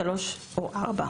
(3) או (4);